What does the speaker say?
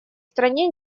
стране